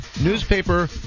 newspaper